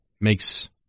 makes